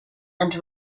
and